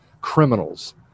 criminals